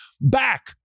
back